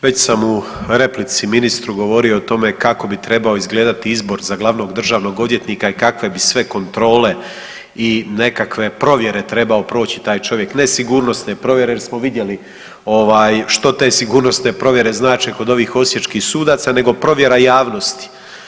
Već sam u replici ministru govorio o tome kako bi trebao izgledati izbor za glavnog državnog odvjetnika i kakve bi sve kontrole i nekakve provjere trebao proći taj čovjek, ne sigurnosne provjere, jer smo vidjeli ovaj, što te sigurnosne provjere znače kod ovih osječkih sudaca, nego provjera javnosti.